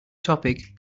topic